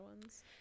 ones